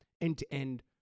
end-to-end